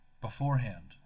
Beforehand